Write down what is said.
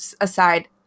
aside